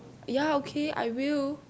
ya okay I will